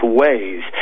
ways